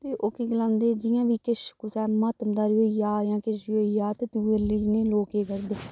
ओह् केह् गलांदे जि'यां बी किश कुदै मातमदारी होई जा जां किश बी होई जा तां दूऐ रलीजन दे लोक केह् करदे